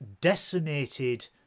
decimated